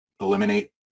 eliminate